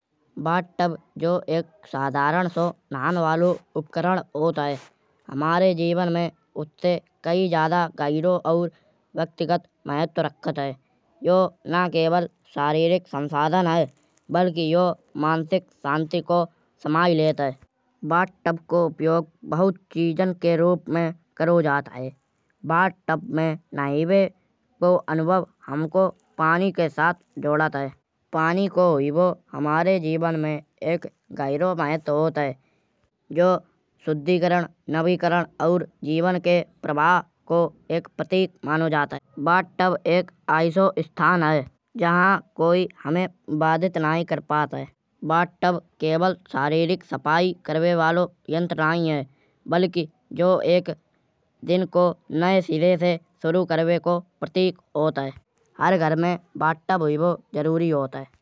बाथटब जो एक साधारण सो नहान वालो उपकरण होत है। हमारे जीवन में उत्ते कहीं ज्यादा गहीरो और व्यक्तिगत महत्व रखत है। यो ना केवळ शारीरिक संसाधन है। बल्कि यो मानसिक शांति को समाय लेत है। बाथटब को उपयोग बहुत चीज़न के रूप में करो जात है। बाथटब में नहिबे को अनुभव हमको पानी के साथ जोड़त है। पानी को हुईवी हमारे जीवन में एक गहीरो महत्व होत है। जो शुद्धिकरण नविकरण एयर जीवन के प्रभाव को एक प्रतीक मानो जात है। बाथटब एक ऐसो इस्थान है। जहाँ कोई हमाए बाधित नायी कर पात है। बाथटब केवल शारीरिक सफाई करिबे वालो यंत्र नायी है। बल्कि येह दिन को नये सिरे से सुरू करिबे को प्रतीक होत है। हर घर में बाथटब हुइबो जरूरी होत है।